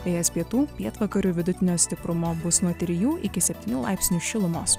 vėjas pietų pietvakarių vidutinio stiprumo bus nuo trijų iki septynių laipsnių šilumos